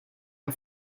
her